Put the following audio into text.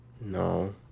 No